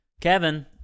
Kevin